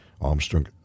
Armstrong